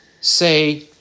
say